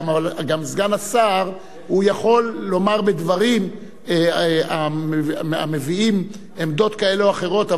סגן השר יכול גם לומר דברים המביאים עמדות כאלה או אחרות,